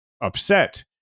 upset